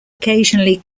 occasionally